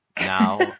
Now